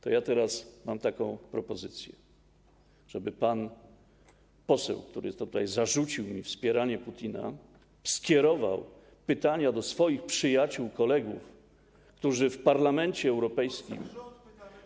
To ja teraz mam taką propozycję, żeby pan poseł, który tutaj zarzucił mi wspieranie Putina, skierował pytania do swoich przyjaciół, kolegów, którzy w Parlamencie Europejskim.